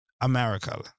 america